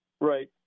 Right